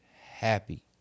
happy